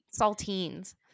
saltines